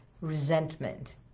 resentment